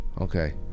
Okay